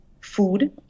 food